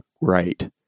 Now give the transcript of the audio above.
right